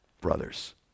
brothers